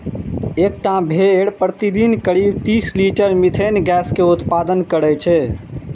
एकटा भेड़ प्रतिदिन करीब तीस लीटर मिथेन गैस के उत्पादन करै छै